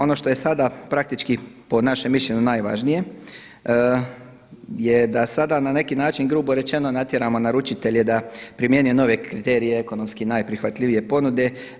Ono što je sada praktički po našem mišljenju najvažnije je da sada na neki način grubo rečeno natjeramo naručitelje da primjenjuju nove kriterije, ekonomski najprihvatljivije ponude.